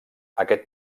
aquest